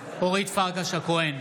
הכהן,